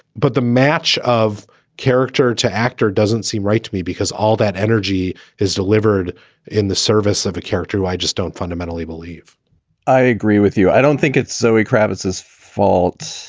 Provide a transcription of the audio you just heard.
but the match of character to actor doesn't seem right to me because all that energy is delivered in the service of a character. i just don't fundamentally believe i agree with you. i don't think it's zoe kravitz's fault.